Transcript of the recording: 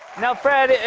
now, fred,